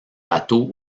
bateau